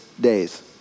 days